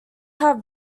have